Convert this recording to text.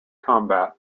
combat